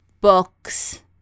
books